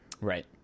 Right